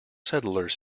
settlers